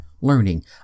learning